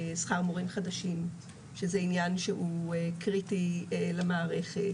שכר מורים חדשים שזה עניין שהוא קריטי למערכת,